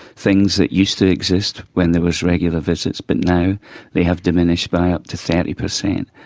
things that used to exist when there was regular visits but now they have diminished by up to thirty percent.